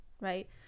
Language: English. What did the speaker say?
right